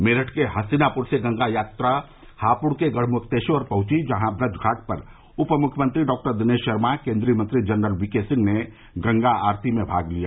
मेरठ के हस्तिनापुर से गंगा यात्रा हापुड़ के गढ़मुक्तेश्वर पहुंची जहां ब्रज घाट पर उप मुख्यमंत्री डॉक्टर दिनेश शर्मा केन्द्रीय मंत्री जनरल वीके सिंह ने गंगा आरती में भाग लिया